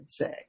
say